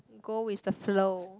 go with the flow